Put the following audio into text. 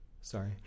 Sorry